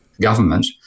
government